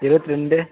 இருபத்தி ரெண்டு